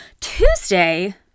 Tuesday